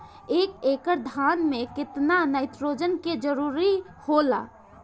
एक एकड़ धान मे केतना नाइट्रोजन के जरूरी होला?